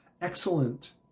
excellent